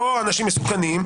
לא אנשים מסוכנים,